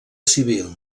civil